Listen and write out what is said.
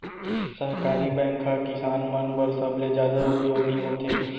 सहकारी बैंक ह किसान मन बर सबले जादा उपयोगी होथे